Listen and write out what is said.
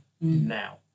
now